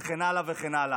וכן הלאה וכן הלאה.